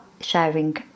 sharing